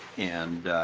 and